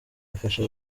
bafasha